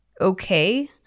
okay